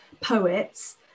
poets